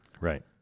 Right